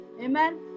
Amen